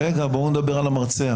רגע, בואו נדבר על המרצע.